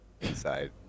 inside